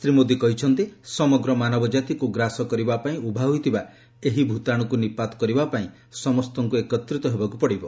ଶ୍ରୀ ମୋଦି କହିଛନ୍ତି ସମଗ୍ର ମାନବ ଜାତିକୁ ଗ୍ରାସ କରିବା ପାଇଁ ଉଭା ହୋଇଥିବା ଏହି ଭୂତାଶୁକୁ ନିପାତ୍ କରିବା ପାଇଁ ସମସ୍ତଙ୍କୁ ଏକତ୍ରିତ ହେବାକୁ ପଡିବ